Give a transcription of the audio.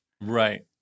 Right